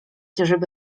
żeby